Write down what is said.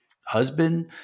husband